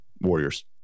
warriors